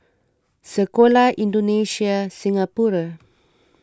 Sekolah Indonesia Singapura